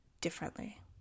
differently